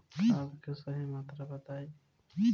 खाद के सही मात्रा बताई?